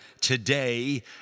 today